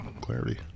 clarity